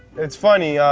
it's funny.